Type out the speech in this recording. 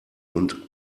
und